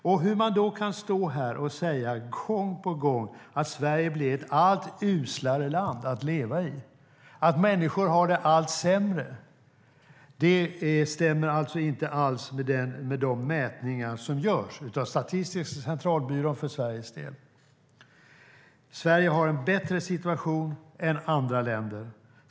Hur kan man då stå här och säga gång på gång att Sverige blir ett allt uslare land att leva i och att människor har det allt sämre? Det stämmer alltså inte alls med de mätningar som görs, av Statistiska centralbyrån för Sveriges del. Sverige har en bättre situation än andra länder.